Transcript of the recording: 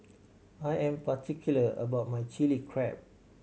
I am particular about my Chili Crab